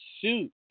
suit